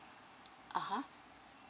(uh huh)